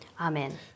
Amen